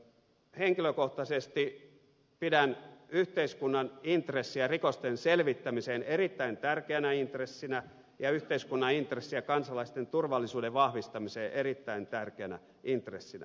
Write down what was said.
henkilökohtaisesti pidän yhteiskunnan intressiä rikosten selvittämiseen erittäin tärkeänä intressinä ja yhteiskunnan intressiä kansalaisten turvallisuuden vahvistamiseen erittäin tärkeänä intressinä